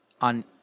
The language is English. on